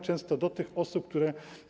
Często do tych osób, które.